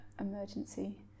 emergency